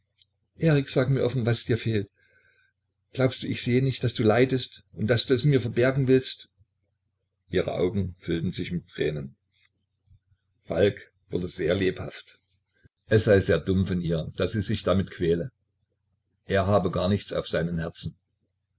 erik sag mir offen was dir fehlt glaubst du ich sehe nicht daß du leidest und daß du es mir verbergen willst ihre augen füllten sich mit tränen falk wurde sehr lebhaft es sei sehr dumm von ihr daß sie sich damit quäle er habe gar nichts auf seinem herzen